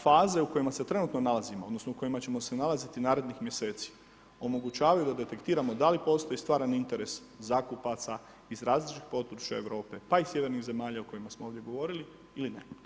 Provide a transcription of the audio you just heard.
Faze u kojima se trenutno nalazimo, odnosno, u kojima ćemo se nalaziti narednih mjeseci, omogućavaju da detektiramo da li postoji stvarni interes zakupaca iz različitih područja Europe, pa i sjevernih zemalja o kojima smo ovdje govorili ili ne.